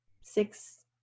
six